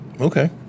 Okay